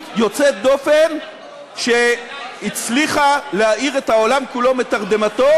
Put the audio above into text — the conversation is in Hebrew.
יוצאת דופן שהצליחה להעיר את העולם כולו מתרדמתו,